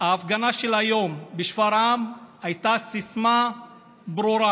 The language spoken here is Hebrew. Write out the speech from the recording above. בהפגנה של היום בשפרעם הייתה סיסמה ברורה.